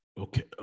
Okay